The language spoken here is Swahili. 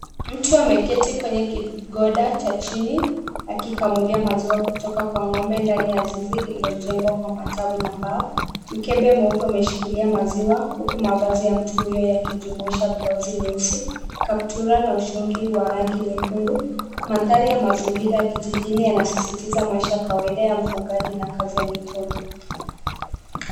Mtu ameketi kwenye kigoda cha chini akikamulia maziwa kutoka kwa ng'ombe ya zizi lililojengwa matawi na mbao. Mkebe mweupe umeshikilia maziwa huku mavazi ya mtu huyo yakijumuisha blauzi nyeusi, kaptura na ushungi wa rangi nyekundu. Mandhari ya mazingira ya kijijini yanasisitiza maisha ya kawaida ya mfugaji na kazi ya mikono.